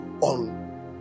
on